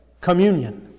communion